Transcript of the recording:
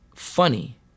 Funny